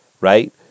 Right